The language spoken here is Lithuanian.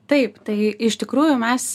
taip tai iš tikrųjų mes